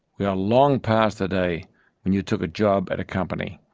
we are long past the day when you took a job at a company.